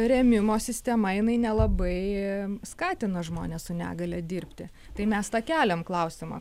rėmimo sistema jinai nelabai skatina žmones su negalia dirbti tai mes tą keliam klausimą